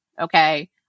Okay